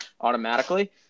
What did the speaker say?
automatically